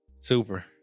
Super